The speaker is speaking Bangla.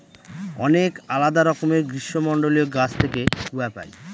অনেক আলাদা রকমের গ্রীষ্মমন্ডলীয় গাছ থেকে কূয়া পাই